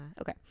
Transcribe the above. okay